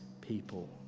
people